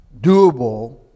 doable